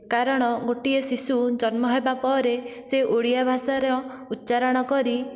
କାରଣ ଗୋଟିଏ ଶିଶୁ ଜନ୍ମ ହେବା ପରେ ସେ ଓଡ଼ିଆ ଭାଷାର ଉଚ୍ଛାରଣ କରି